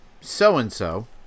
so-and-so